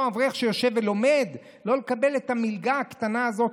אותו אברך שיושב ולומד לא יקבל את המלגה הקטנה הזו,